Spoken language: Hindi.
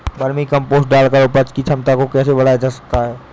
वर्मी कम्पोस्ट डालकर उपज की क्षमता को कैसे बढ़ाया जा सकता है?